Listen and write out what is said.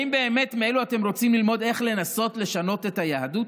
האם באמת מאלו אתם רוצים ללמוד איך לנסות לשנות את היהדות?